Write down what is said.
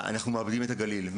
אנחנו נאבד את הגליל,